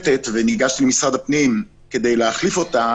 ניגשתי למשרד הפנים כדי להחליף את תעודת הזהות